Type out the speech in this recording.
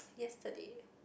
yesterday